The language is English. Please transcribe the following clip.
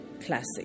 Classic